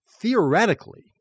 Theoretically